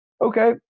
Okay